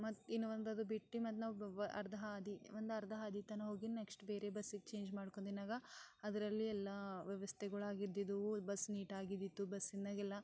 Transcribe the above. ಮತ್ತು ಇನ್ನು ಒಂದು ಅದು ಬಿಟ್ಟು ಮತ್ತು ನಾವು ಅರ್ಧ ಹಾದಿ ಒಂದರ್ಧ ಹಾದಿ ತನಕ ಹೋಗಿ ನೆಕ್ಸ್ಟ್ ಬೇರೆ ಬಸ್ಸಿಗೆ ಚೇಂಜ್ ಮಾಡ್ಕೊಂಡಿದ್ದಾಗ ಅದರಲ್ಲಿ ಎಲ್ಲ ವ್ಯವಸ್ಥೆಗಳಾಗಿದ್ದಿದ್ದವು ಬಸ್ ನೀಟಾಗಿದ್ದಿತ್ತು ಬಸ್ಸಿನಾಗೆಲ್ಲ